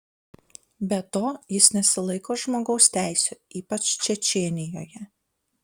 be to jis nesilaiko žmogaus teisių ypač čečėnijoje